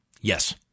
Yes